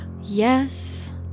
Yes